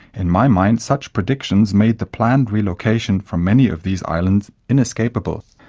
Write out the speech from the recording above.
in my mind such predictions made the planned relocation for many of these islands inescapable.